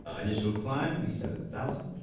and so climb the seven thousand